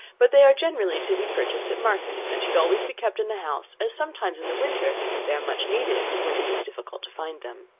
but they are generally to be purchased at market, and should always be kept in the house, as sometimes in the winter they are much needed when it is difficult to find them.